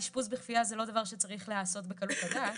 אשפוז בכפייה זה לא דבר שצריך להיעשות בקלות הדעת,